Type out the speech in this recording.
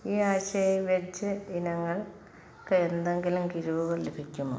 ഈ ആഴ്ച്ചയിൽ വെജ് ഇനങ്ങൾക്ക് എന്തെങ്കിലും കിഴിവുകൾ ലഭിക്കുമോ